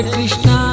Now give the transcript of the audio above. Krishna